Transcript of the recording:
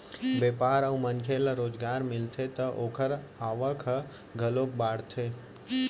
बेपार अउ मनखे ल रोजगार मिलथे त ओखर आवक ह घलोक बाड़थे